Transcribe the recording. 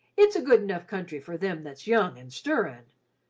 it's a good enough country for them that's young an' stirrin',